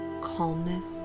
calmness